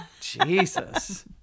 Jesus